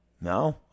no